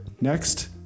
Next